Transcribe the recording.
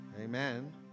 Amen